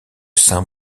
saint